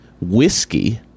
Whiskey